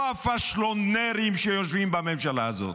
לא הפשלונרים שיושבים בממשלה הזאת,